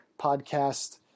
podcast